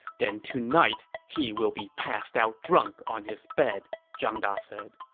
then tonight he will be passed out drunk on his bed, zhang da said.